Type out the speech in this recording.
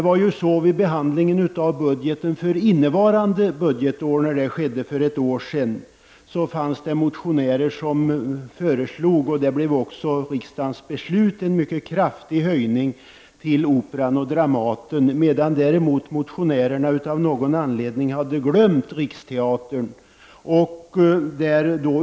Vid behandlingen för ett år sedan av budgeten för innevarande budgetår fanns det motionärer som föreslog, vilket riksdagen fattade beslut om, en mycket kraftig höjning till Operan och Dramaten. Motionärerna hade däremot glömt Riksteatern.